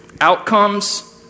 outcomes